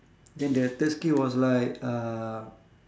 then the third skill was like uh